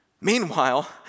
Meanwhile